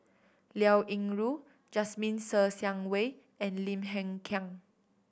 Liao Yingru Jasmine Ser Xiang Wei and Lim Hng Kiang